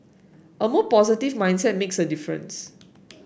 a more positive mindset makes a difference